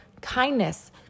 kindness